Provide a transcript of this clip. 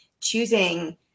choosing